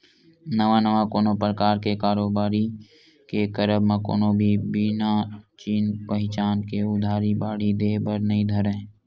नवा नवा कोनो परकार के कारोबारी के करब म कोनो भी बिना चिन पहिचान के उधारी बाड़ही देय बर नइ धरय